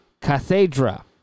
cathedra